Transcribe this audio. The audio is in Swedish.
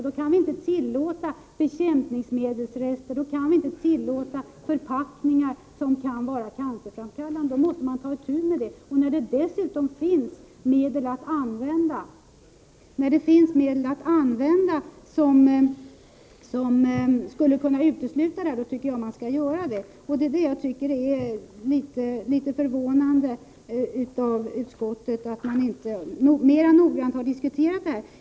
Vi kan inte tillåta bekämpningsmedelsrester, och vi kan inte tillåta förpackningar som kan vara cancerframkallande, utan vi måste ta itu med sådant. Det finns ju dessutom medel att undanröja de här riskerna, och då tycker jag att man skall göra det. Det är förvånande att utskottet inte mera noggrant har diskuterat detta.